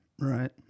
Right